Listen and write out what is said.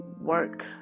work